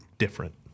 Different